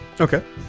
Okay